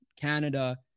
canada